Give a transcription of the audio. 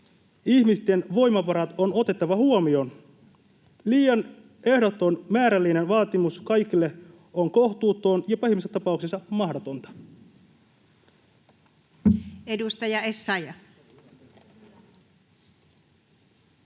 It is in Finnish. ihmisten voimavarat on otettava huomioon. Liian ehdoton määrällinen vaatimus kaikille on kohtuuton ja pahimmassa tapauksessa mahdotonta. Edustaja Essayah.